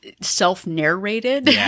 self-narrated